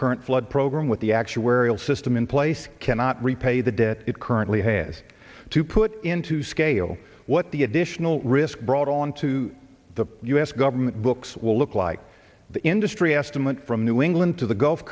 current flood program with the actuarial system in place cannot repay the debt it currently has to put into scale what the additional risk brought on to the u s government books will look like the industry estimate from new england to the gulf